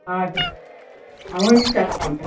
हजुर हुन्छ हुन्छ